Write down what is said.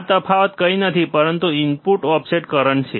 આ તફાવત કંઈ નથી પરંતુ ઇનપુટ ઓફસેટ કરંટ છે